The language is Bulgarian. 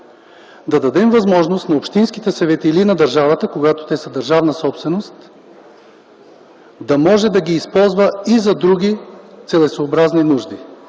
да дадем възможност на общинските съвети или на държавата, когато са държавна собственост, да може да ги използва и за други целесъобразни нужди.